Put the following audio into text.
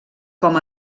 com